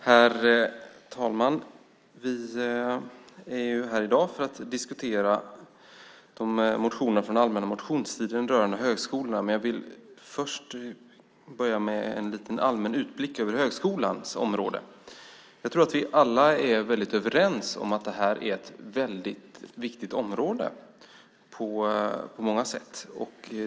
Herr talman! Vi är här i dag för att diskutera motioner från allmänna motionstiden rörande högskolan, men jag vill börja med en allmän utblick över högskolans område. Jag tror att vi alla är överens om att detta är ett väldigt viktigt område på många sätt.